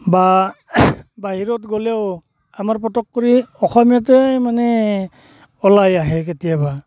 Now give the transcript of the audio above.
বা বাহিৰত গ'লেও আমাৰ পতক কৰি অসমীয়াটোয়ে মানে ওলাই আহে কেতিয়াবা